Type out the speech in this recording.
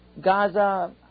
Gaza